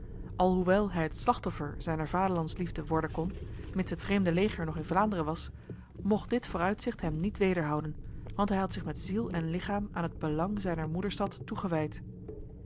alhoewel hij het slachtoffer zijner vaderlandsliefde worden kon mits het vreemde leger nog in vlaanderen was mocht dit vooruitzicht hem niet wederhouden want hij had zich met ziel en lichaam aan het belang zijner moederstad toegewijd